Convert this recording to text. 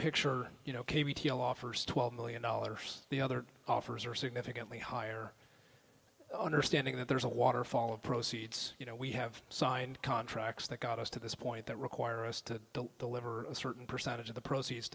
picture you know k b t l offers twelve million dollars the other offers are significantly higher understanding that there's a waterfall of proceeds you know we have signed contracts that got us to this point that require us to deliver a certain percentage of the proceeds